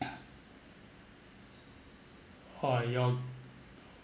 orh your